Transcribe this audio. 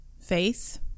faith